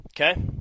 Okay